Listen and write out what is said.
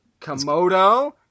Komodo